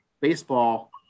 baseball